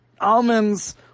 almonds